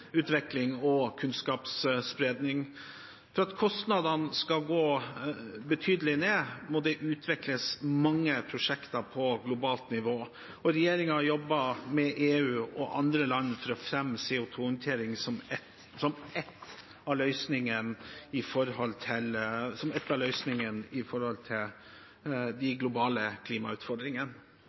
og kunnskapsspredning. For at kostnadene skal gå betydelig ned, må det utvikles mange prosjekter på globalt nivå, og regjeringen jobber med EU og andre land for å fremme CO 2 -håndtering som en av løsningene